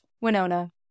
Winona